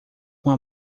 uma